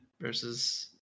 versus